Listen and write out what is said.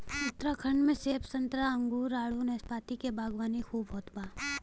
उत्तराखंड में सेब संतरा अंगूर आडू नाशपाती के बागवानी खूब होत बा